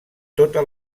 tota